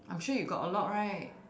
I'm sure you got a lot right